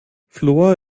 fluor